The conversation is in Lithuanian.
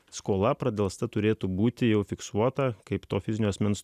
skola pradelsta turėtų būti jau fiksuota kaip to fizinio asmens